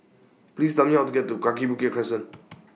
Please Tell Me How to get to Kaki Bukit Crescent